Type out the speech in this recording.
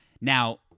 now